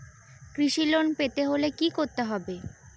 কৃষি লোন পেতে হলে কি করতে হবে?